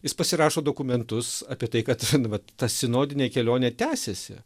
jis pasirašo dokumentus apie tai kad nu vat ta sinodinė kelionė tęsiasi